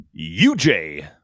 uj